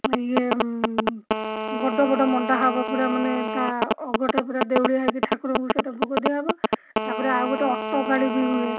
ଇଏ ବଡ଼ ବଡ଼ ମଣ୍ଡା ହବ ପୁରା ମାନେ ତା' ଅଗଟେ ପୁରା ଦେଉଳି ହେଇକି ଠାକୁରଙ୍କୁ ସେଇଟା ଭୋଗ ଦିଆହବ ତାପରେ ଆଉ ଗୋଟିଏ ଅଟକାଳୀ ବି ହୁଏ